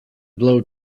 blow